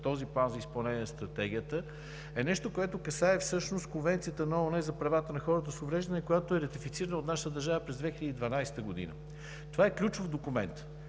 Този план за изпълнение на Стратегията касае всъщност Конвенцията на ООН за правата на хората с увреждания, която е ратифицирана от нашата държава през 2012 г. Това е ключов документ.